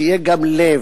בדין צריך שיהיה גם לב.